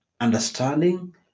understanding